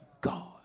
God